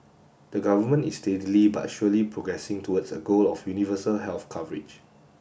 the government is steadily but surely progressing towards a goal of universal health coverage